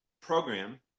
program